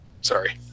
Sorry